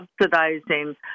subsidizing